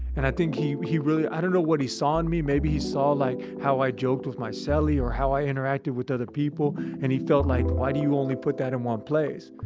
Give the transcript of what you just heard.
and i think he, he really, i don't know what he saw in me. maybe he saw like how i joked with my so cellie or how i interacted with other people and he felt like, why do you only put that in one place?